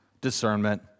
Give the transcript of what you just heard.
discernment